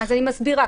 אני מסבירה.